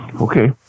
okay